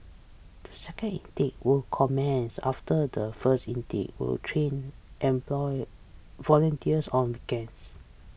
the second intake will commence after the first intake will train employ volunteers on weekends